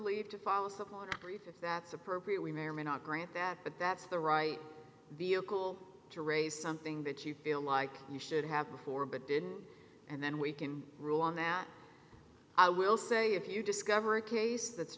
leave to fall asleep on grief if that's appropriate we may or may not grant that but that's the right vehicle to raise something that you feel like you should have before but didn't and then we can rule on that i will say if you discover a case that's